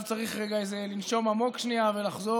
עכשיו צריך רגע לנשום עמוק ולחזור.